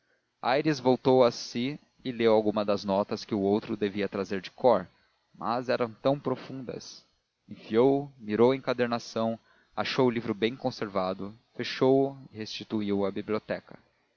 aires voltou a si e leu alguma das notas que o outro devia trazer de cor mas eram tão profundas enfim mirou a encadernação achou o livro bem conservado fechou o e restituiu o à biblioteca